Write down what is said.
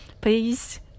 please